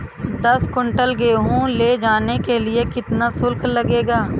दस कुंटल गेहूँ ले जाने के लिए कितना शुल्क लगेगा?